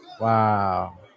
Wow